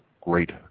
great